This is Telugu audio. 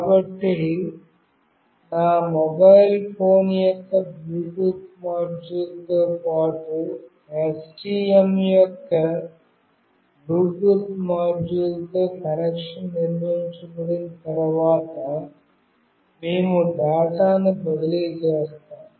కాబట్టి నా మొబైల్ ఫోన్ యొక్క బ్లూటూత్ మాడ్యూల్తో పాటు STM యొక్క బ్లూటూత్ మాడ్యూల్తో కనెక్షన్ నిర్మించబడిన తర్వాత మేము డేటాను బదిలీ చేస్తాము